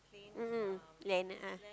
mmhmm land a'ah